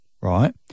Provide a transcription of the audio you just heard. right